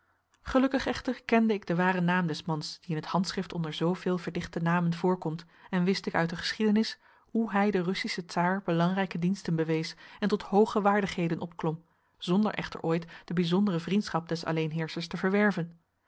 gelukkig echter kende ik den waren naam des mans die in het handschrift onder zooveel verdichte namen voorkomt en wist ik uit de geschiedenis hoe hij den russischen tsaar belangrijke diensten bewees en tot hooge waardigheden opklom zonder echter ooit de bijzondere vriendschap des alleenheerschers te verwerven